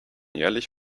jährlich